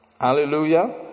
hallelujah